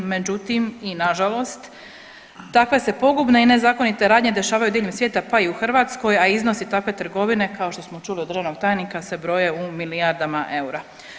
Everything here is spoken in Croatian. Međutim i na žalost takve se pogubne i nezakonite radnje dešavaju diljem svijeta pa i u Hrvatskoj, a iznosi takve trgovine kao što smo čuli od državnog tajnika se broje u milijardama eura.